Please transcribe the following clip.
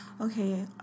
Okay